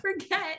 forget